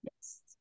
Yes